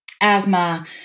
asthma